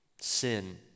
sin